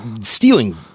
stealing